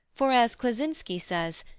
for, as kleczynski says,